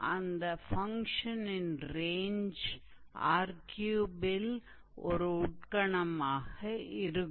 அந்த ஃபங்ஷனின் ரேன்ஜ் 𝑅3 இல் ஒரு உட்கணமாக இருக்கும்